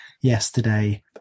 yesterday